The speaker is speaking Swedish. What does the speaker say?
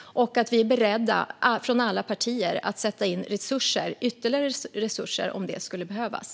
Alla partier måste därför vara beredda att sätta in ytterligare resurser om det skulle behövas.